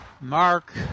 Mark